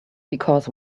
because